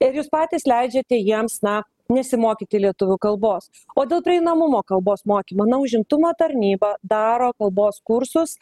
ir jūs patys leidžiate jiems na nesimokyti lietuvių kalbos o dėl prieinamumo kalbos mokymo na užimtumo tarnyba daro kalbos kursus